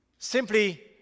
Simply